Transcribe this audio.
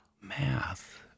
Math